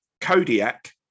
Kodiak